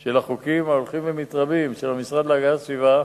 של החוקים ההולכים ומתרבים של המשרד להגנת הסביבה,